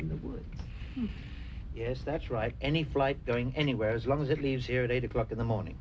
in the world yes that's right any flight going anywhere as long as it leaves here at eight o'clock in the morning